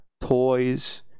toys